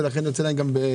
ולכן זה יוצא להם גם ביתר.